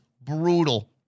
brutal